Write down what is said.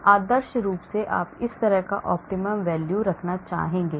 और आदर्श रूप से आप उस तरह का optimum value रखना चाहेंगे